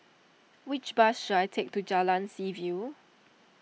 which bus should I take to Jalan Seaview